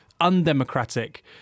undemocratic